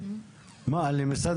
אני ממשרד